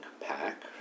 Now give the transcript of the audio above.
pack